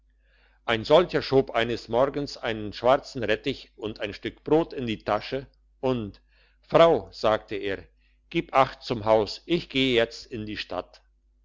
ein solcher schob eines morgens einen schwarzen rettich und ein stück brot in die tasche und frau sagte er gib acht zum haus ich gehe jetzt in die stadt